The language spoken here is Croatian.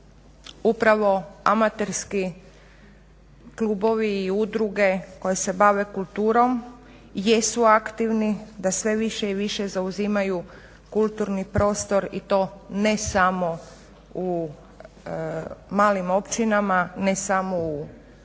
upravo amaterski klubovi i udruge koje se bave kulturom jesu aktivni, da sve više i više zauzimaju kulturni prostor i to ne samo u malim općinama, ne samo u malim